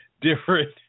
Different